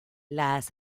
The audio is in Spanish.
las